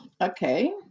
Okay